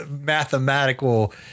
mathematical